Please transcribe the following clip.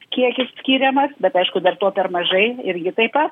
kiekis skiriamas bet aišku dar to per mažai ir ji taip pat